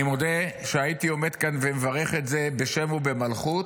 אני מודה שהייתי עומד כאן ומברך את זה בשם ובמלכות,